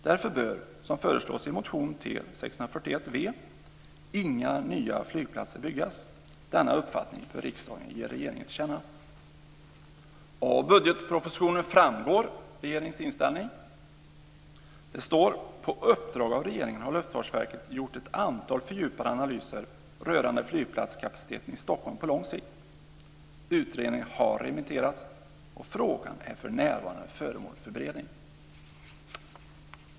Därför bör, som föreslås i motion T641 inga nya flygplatser byggas. Denna uppfattning bör riksdagen ge regeringen till känna." Av budgetpropositionen framgår regeringens inställning. Det står: På uppdrag av regeringen har Luftfartsverket gjort ett antal fördjupade analyser rörande flygplatskapaciteten i Stockholm på lång sikt. Utredningen har remitterats, och frågan är för närvarande föremål för beredning.